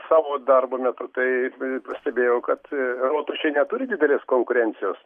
savo darbo metu tai pastebėjau kad rotušė neturi didelės konkurencijos